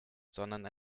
sondern